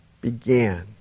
began